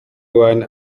wine